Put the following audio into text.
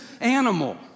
animal